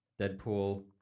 Deadpool